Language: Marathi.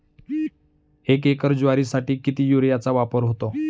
एक एकर ज्वारीसाठी किती युरियाचा वापर होतो?